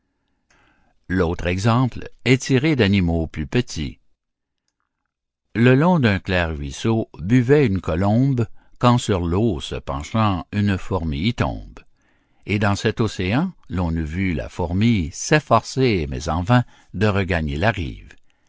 l'autre exemple est tiré d'animaux plus petits le long d'un clair ruisseau buvait une colombe quand sur l'eau se penchant une fourmis y tombe et dans cet océan on eût vu la fourmis s'efforcer mais en vain de regagner la rive